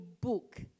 book